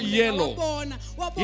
yellow